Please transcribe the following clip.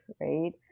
right